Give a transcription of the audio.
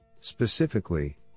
Specifically